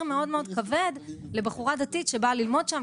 מאוד מאוד כבד לבחורה דתית שבאה ללמוד שם.